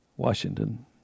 Washington